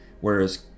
whereas